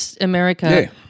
America